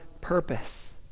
purpose